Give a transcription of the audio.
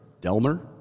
Delmer